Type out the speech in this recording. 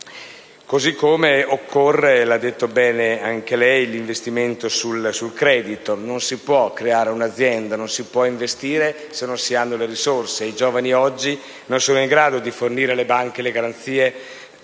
(come lei stesso ha detto bene), investimenti sul credito. Non si può creare un'azienda, non si può investire se non si hanno le risorse. I giovani oggi non sono in grado di fornire alle banche le garanzie